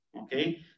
okay